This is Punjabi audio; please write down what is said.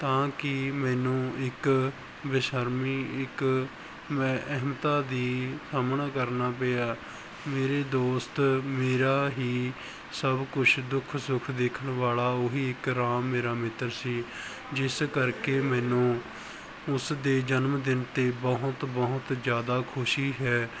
ਤਾਂ ਕਿ ਮੈਨੂੰ ਇੱਕ ਬੇਸ਼ਰਮੀ ਇੱਕ ਮੈਂ ਅਹਿਮਤਾ ਦੀ ਸਾਹਮਣਾ ਕਰਨਾ ਪਿਆ ਮੇਰੇ ਦੋਸਤ ਮੇਰਾ ਹੀ ਸਭ ਕੁਛ ਦੁੱਖ ਸੁੱਖ ਦੇਖਣ ਵਾਲਾ ਉਹੀ ਇੱਕ ਰਾਮ ਮੇਰਾ ਮਿੱਤਰ ਸੀ ਜਿਸ ਕਰਕੇ ਮੈਨੂੰ ਉਸ ਦੇ ਜਨਮ ਦਿਨ 'ਤੇ ਬਹੁਤ ਬਹੁਤ ਜ਼ਿਆਦਾ ਖੁਸ਼ੀ ਹੈ